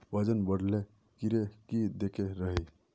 वजन बढे ले कीड़े की देके रहे?